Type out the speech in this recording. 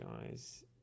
guys